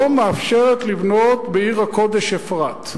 לא מאפשרת לבנות בעיר הקודש אפרת.